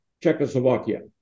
Czechoslovakia